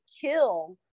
kill